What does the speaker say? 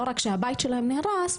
לא רק שהבית שלהם נהרס,